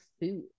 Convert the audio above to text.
food